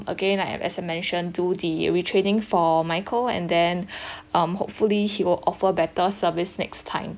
again I have as I mentioned do the retraining for michael and then um hopefully he will offer better service next time